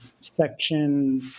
section